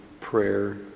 prayer